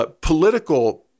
political